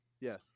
Yes